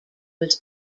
was